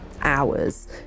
hours